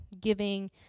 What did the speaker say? giving